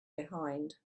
behind